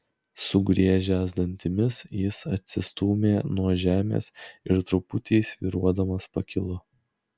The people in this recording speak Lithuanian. sugriežęs dantimis jis atsistūmė nuo žemės ir truputį svyruodamas pakilo